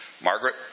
Margaret